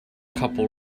couple